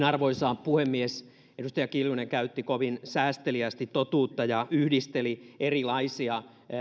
arvoisa puhemies edustaja kiljunen käytti kovin säästeliäästi totuutta ja yhdisteli erilaisia